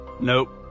Nope